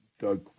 Doug